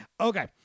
Okay